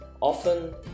often